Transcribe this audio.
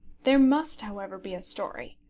there must, however, be a story.